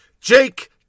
Jake